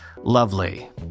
Lovely